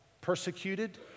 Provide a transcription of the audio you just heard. persecuted